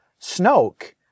Snoke